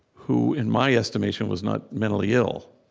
who in my estimation was not mentally ill.